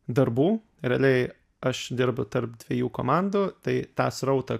darbų realiai aš dirbu tarp dviejų komandų tai tą srautą